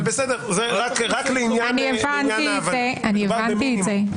הבנתי את זה,